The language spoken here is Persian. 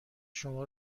شما